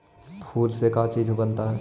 फूल से का चीज बनता है?